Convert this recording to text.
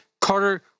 Carter